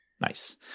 nice